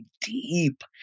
deep